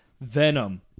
Venom